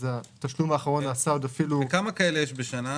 אז התשלום האחרון נעשה אפילו- -- כמה הכשרות כאלה יש בשנה?